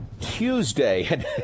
Tuesday